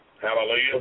Hallelujah